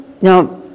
Now